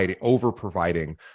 over-providing